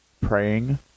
praying